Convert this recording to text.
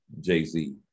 jay-z